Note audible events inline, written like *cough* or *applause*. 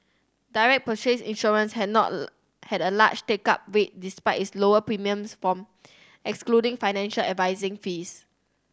direct purchase insurance had not *noise* had a large take up rate despite its lower premiums from excluding financial advising fees